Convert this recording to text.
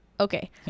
Okay